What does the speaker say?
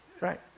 right